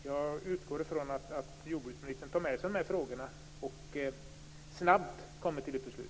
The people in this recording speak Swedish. Jag utgår från att jordbruksministern tar med sig dessa frågor och snabbt kommer fram till ett beslut.